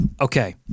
Okay